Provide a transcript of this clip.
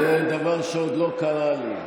זה דבר שעוד לא קרה לי,